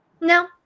No